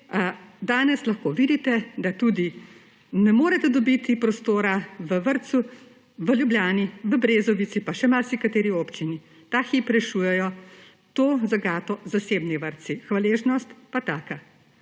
danes lahko vidite, da ne morete dobiti prostora v vrtcu v Ljubljani, v Brezovici pa še v marsikateri občini. Ta hip rešujejo to zagato zasebni vrtci. Hvaležnost pa taka!